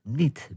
niet